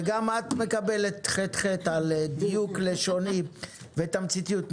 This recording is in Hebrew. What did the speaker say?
גם את מקבלת ח"ח על דיוק לשוני ותמציתיות.